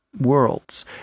worlds